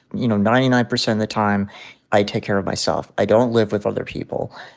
you know, ninety nine percent of the time i take care of myself. i don't live with other people.